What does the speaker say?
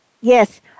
Yes